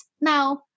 now